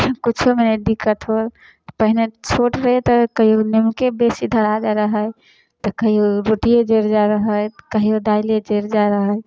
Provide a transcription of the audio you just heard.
किछोमे नहि दिक्कत होल पहिने छोट रहीयै तऽ कहियो नीमके बेसी धरा जाइ रहै तऽ कहियो रोटिये जैरि जाइ रहै तऽ कहियो दाइले जैरि जाइ रहै